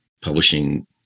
publishing